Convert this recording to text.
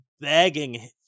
begging